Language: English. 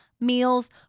meals